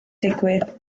digwydd